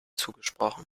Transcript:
zugesprochen